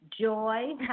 Joy